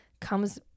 comes